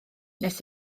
nes